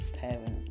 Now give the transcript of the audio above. parents